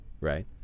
right